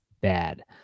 bad